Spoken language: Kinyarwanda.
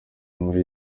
muri